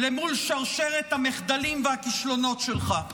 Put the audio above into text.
למול שרשרת המחדלים והכישלונות שלך?